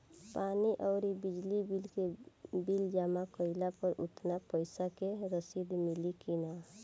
पानी आउरबिजली के बिल जमा कईला पर उतना पईसा के रसिद मिली की न?